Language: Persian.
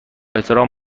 احترام